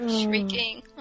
Shrieking